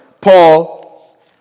Paul